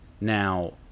Now